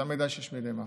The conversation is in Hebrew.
זה המידע שיש בידי מח"ש.